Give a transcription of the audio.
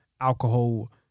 alcohol